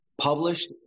published